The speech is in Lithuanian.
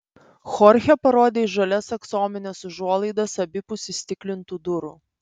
chorchė parodė į žalias aksomines užuolaidas abipus įstiklintų durų